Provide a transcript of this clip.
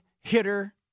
hitter